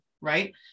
right